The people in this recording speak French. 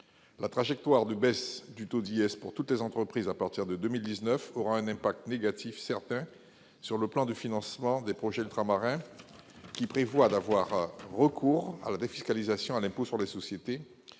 La trajectoire de baisse du taux d'impôt sur les sociétés pour toutes les entreprises à partir de 2019 aura un impact négatif certain sur le plan de financement des projets ultramarins qui prévoient d'avoir recours à la défiscalisation à l'impôt sur les sociétés,